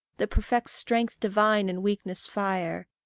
that perfects strength divine in weakness' fire,